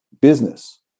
business